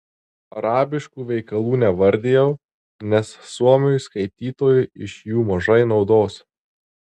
arabiškų veikalų nevardijau nes suomiui skaitytojui iš jų mažai naudos